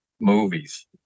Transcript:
movies